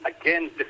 again